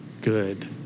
good